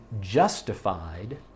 justified